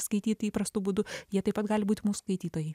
skaityti įprastu būdu jie taip pat gali būti mūsų skaitytojai